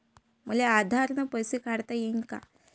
मले आधार न पैसे काढता येईन का?